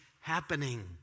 happening